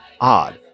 Odd